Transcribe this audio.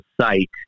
site